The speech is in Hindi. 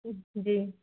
जी